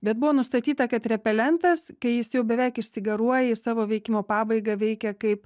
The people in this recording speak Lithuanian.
bet buvo nustatyta kad repelentas kai jis jau beveik išsigaruoja į savo veikimo pabaigą veikia kaip